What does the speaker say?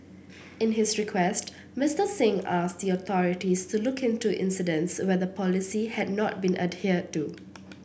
in his request Mister Singh asked the authorities to look into incidents where the policy had not been adhered to